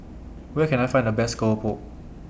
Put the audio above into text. Where Can I Find The Best Keropok